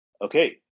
Okay